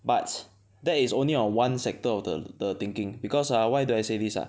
but that is only on one sector of the the thinking because ah why do I say this ah